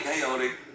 chaotic